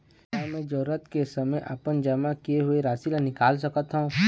का मैं जरूरत के समय अपन जमा किए हुए राशि ला निकाल सकत हव?